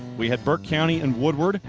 we have burke county and woodward.